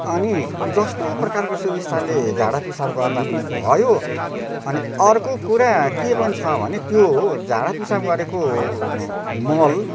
अनि जस्तो प्रकारको सुविस्ताले झाडापिसाब गर्दा पनि भयो अनि अर्को कुरा के पनि छ भने त्यो हो झाडापिसाब गरेको मल